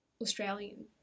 Australian